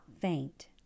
faint